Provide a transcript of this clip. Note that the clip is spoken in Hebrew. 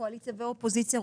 קואליציה ואופוזיציה,